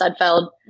Sudfeld